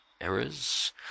errors